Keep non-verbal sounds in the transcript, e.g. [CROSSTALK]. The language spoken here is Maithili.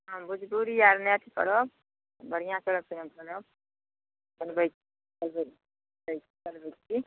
हँ भोजपुरी आर मैच करब बढ़िऑं [UNINTELLIGIBLE]